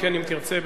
אם תרצה בכך,